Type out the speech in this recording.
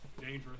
dangerous